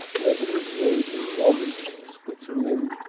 whether made in normandy, switzerland,